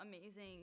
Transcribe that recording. amazing